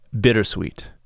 bittersweet